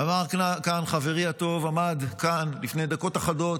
אמר כאן חברי הטוב, עמד כאן לפני דקות אחדות